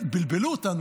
בלבלו אותנו.